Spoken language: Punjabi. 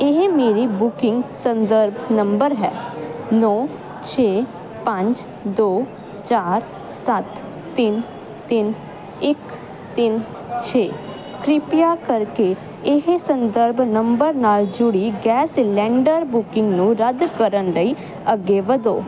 ਇਹ ਮੇਰੀ ਬੁਕਿੰਗ ਸੰਦਰਭ ਨੰਬਰ ਹੈ ਨੌ ਛੇ ਪੰਜ ਦੋ ਚਾਰ ਸੱਤ ਤਿੰਨ ਤਿੰਨ ਇੱਕ ਤਿੰਨ ਛੇ ਕਰਿਪਿਆ ਕਰਕੇ ਇਹ ਸੰਦਰਭ ਨੰਬਰ ਨਾਲ ਜੁੜੀ ਗੈਸ ਸਿਲੰਡਰ ਬੁਕਿੰਗ ਨੂੰ ਰੱਦ ਕਰਨ ਲਈ ਅੱਗੇ ਵਧੋ